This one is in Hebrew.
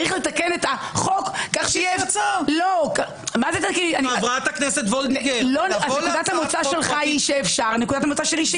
יש לתקן את החוק כך- -- נקודת המוצא שלך היא שאפשר,